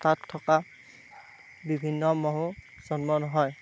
তাত থকা বিভিন্ন ম'হো জন্ম নহয়